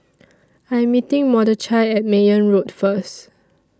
I Am meeting Mordechai At Mayne Road First